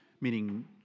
meaning